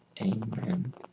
Amen